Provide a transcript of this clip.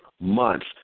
months